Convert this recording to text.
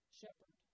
shepherd